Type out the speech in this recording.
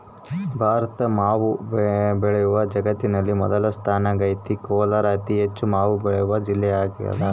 ಭಾರತದ ಮಾವು ಬೆಳೆಯು ಜಗತ್ತಿನಲ್ಲಿ ಮೊದಲ ಸ್ಥಾನದಾಗೈತೆ ಕೋಲಾರ ಅತಿಹೆಚ್ಚು ಮಾವು ಬೆಳೆವ ಜಿಲ್ಲೆಯಾಗದ